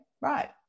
right